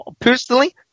personally